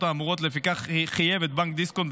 האמורות ולפיכך מחויב בנק דיסקונט,